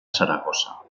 saragossa